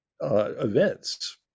events